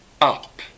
up